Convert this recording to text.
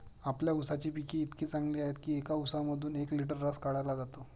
आपल्या ऊसाची पिके इतकी चांगली आहेत की एका ऊसामधून एक लिटर रस काढला जातो